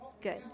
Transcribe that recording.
Good